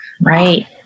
Right